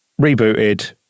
rebooted